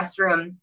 restroom